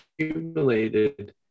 accumulated